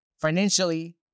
financially